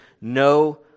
no